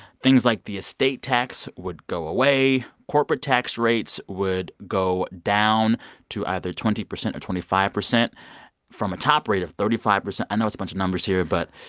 things like the estate tax would go away. corporate tax rates would go down to either twenty percent or twenty five percent from a top rate of thirty five percent. i know it's a bunch of numbers here, but.